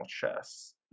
chess